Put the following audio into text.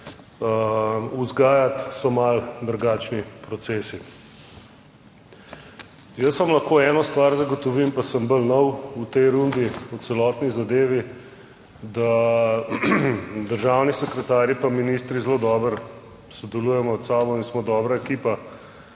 vzgajati so malo drugačni procesi. Jaz vam lahko eno stvar zagotovim, pa sem bolj nov v tej rundi v celotni zadevi, da državni sekretarji pa ministri zelo dobro sodelujemo med sabo in smo dobra ekipa,